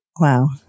Wow